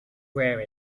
wear